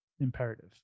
imperative